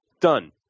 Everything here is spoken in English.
Done